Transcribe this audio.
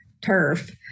turf